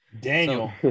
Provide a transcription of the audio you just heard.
Daniel